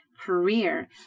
career